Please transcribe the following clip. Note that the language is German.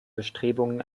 bestrebungen